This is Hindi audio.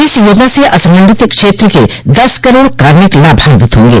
इस योजना से असंगठित क्षेत्र के दस करोड़ कार्मिक लाभान्वित होंगे